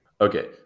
Okay